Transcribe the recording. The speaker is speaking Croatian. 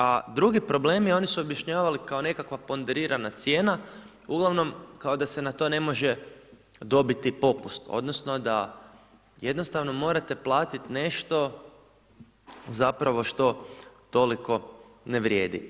A drugi problem je, oni su objašnjavali kao nekakva ponderirana cijena, uglavnom, kao da se na to ne može dobiti popust, odnosno da jednostavno morate platiti nešto zapravo što toliko ne vrijedi.